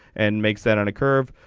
and makes that on a curve.